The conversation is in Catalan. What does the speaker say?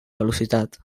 velocitat